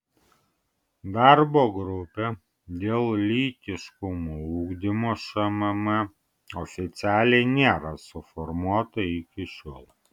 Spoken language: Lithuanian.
darbo grupė dėl lytiškumo ugdymo šmm oficialiai nėra suformuota iki šiol